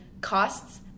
costs